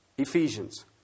Ephesians